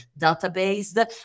database